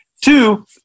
Two